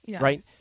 right